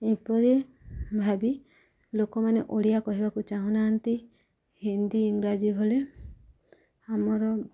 ଏପରି ଭାବି ଲୋକମାନେ ଓଡ଼ିଆ କହିବାକୁ ଚାହୁଁନାହାନ୍ତି ହିନ୍ଦୀ ଇଂରାଜୀ ଭଳି ଆମର